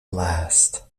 last